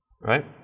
right